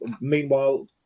meanwhile